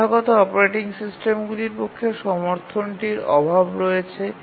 প্রথাগত অপারেটিং সিস্টেমগুলির পক্ষে সমর্থনটির অভাব রয়েছে